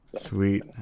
Sweet